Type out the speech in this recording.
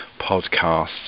podcasts